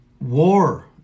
war